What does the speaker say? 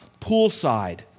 poolside